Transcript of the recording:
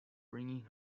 bringing